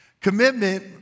Commitment